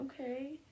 Okay